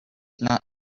not